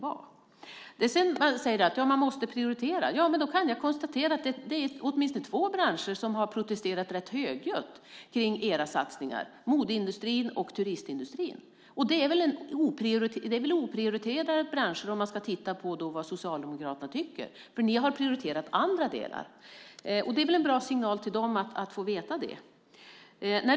Sedan säger ni att vi måste prioritera. Då kan jag konstatera att åtminstone två branscher protesterat ganska högljutt mot era satsningar, nämligen modeindustrin och turistindustrin. Det är väl oprioriterade branscher om man ser till vad Socialdemokraterna tycker, för ni har ju prioriterat andra delar. Det är nog bra att de får den signalen så att de vet.